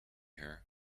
her